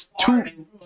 two